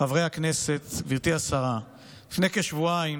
חברי הכנסת, גברתי השרה, לפני כשבועיים